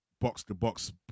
box-to-box